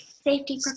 safety